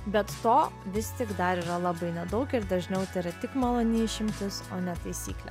bet to vis tik dar yra labai nedaug ir dažniau tai yra tik maloni išimtis o ne taisyklė